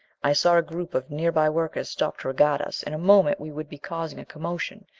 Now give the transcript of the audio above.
i saw a group of nearby workers stop to regard us. in a moment we would be causing a commotion,